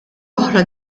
oħra